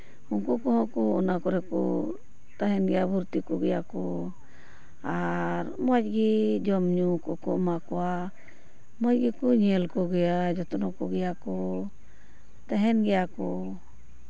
ᱩᱱᱠᱩ ᱠᱚᱦᱚᱸ ᱠᱚ ᱚᱱᱟ ᱠᱚᱨᱮ ᱠᱚ ᱛᱟᱦᱮᱱ ᱜᱮᱭᱟ ᱵᱷᱚᱨᱛᱤ ᱠᱚᱜᱮᱭᱟ ᱠᱚ ᱟᱨ ᱢᱚᱡᱽ ᱜᱮ ᱡᱚᱢ ᱧᱩ ᱠᱚᱠᱚ ᱮᱢᱟ ᱠᱚᱣᱟ ᱢᱚᱡᱽ ᱜᱮᱠᱚ ᱧᱮᱞ ᱠᱚᱜᱮᱭᱟ ᱡᱚᱛᱱᱚ ᱠᱚ ᱜᱮᱭᱟ ᱠᱚ ᱛᱟᱦᱮᱱ ᱜᱮᱭᱟ ᱠᱚ